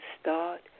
start